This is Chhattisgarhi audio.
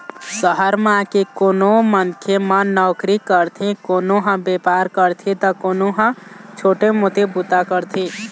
सहर म आके कोनो मनखे मन नउकरी करथे, कोनो ह बेपार करथे त कोनो ह छोटे मोटे बूता करथे